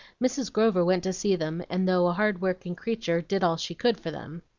mrs. grover went to see them, and, though a hard-working creature, did all she could for them.